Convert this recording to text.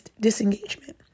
disengagement